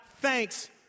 thanks